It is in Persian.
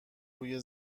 روی